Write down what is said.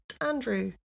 Andrew